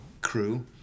crew